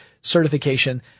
certification